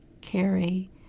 carry